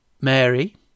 Mary